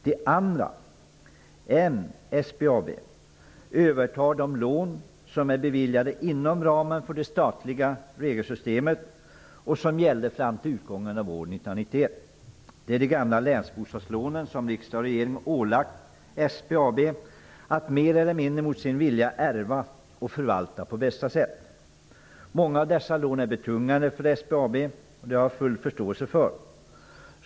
Det andra bolaget, M-SBAB, övertar de lån som är beviljade inom ramen för det statliga regelsystemet, som gällde fram till utgången av år 1991. Det är de gamla länsbostadslånen som riksdag och regering ålagt SBAB att mer eller mindre mot sin vilja ärva och förvalta på bästa sätt. Många av dessa lån är betungande för SBAB; det har jag full förståelse för.